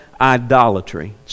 idolatry